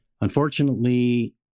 Unfortunately